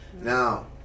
Now